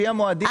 לפי המועדים?